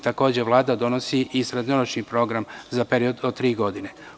Takođe, Vlada donosi i srednjoročni program za period od tri godine.